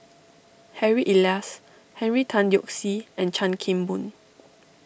Harry Elias Henry Tan Yoke See and Chan Kim Boon